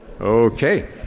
Okay